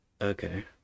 Okay